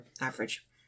Average